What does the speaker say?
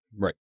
Right